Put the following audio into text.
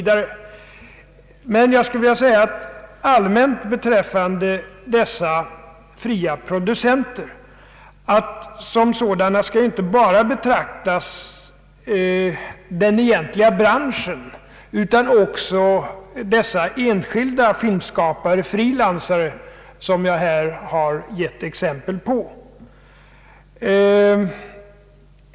Jag skulle emellertid vilja säga allmänt beträffande dessa fria producenter, att som sådana skall betraktas inte bara den egentliga branschen utan också de enskilda filmskapare, frilansar, som jag här har gett exempel på.